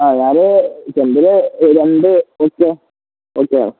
ആ ഞാൻ സെന്റിന് ഒരു രണ്ട് ഓക്കെ ഓക്കെ ആണ്